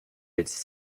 its